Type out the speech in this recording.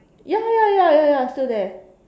ya ya ya ya ya still there